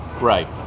Right